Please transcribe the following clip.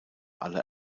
alle